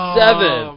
seven